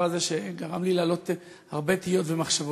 הזה וגרם לי להעלות הרבה תהיות ומחשבות.